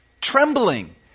trembling